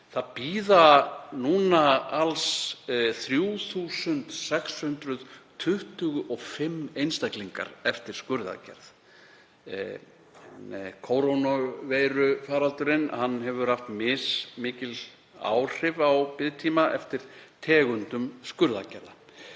Því bíða núna alls 3.625 einstaklingar eftir skurðaðgerð en kórónuveirufaraldurinn hefur haft mismikil áhrif á biðtíma eftir tegundum skurðaðgerða.